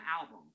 album